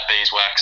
beeswax